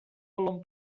volum